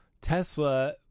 Tesla